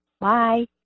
Bye